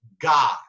God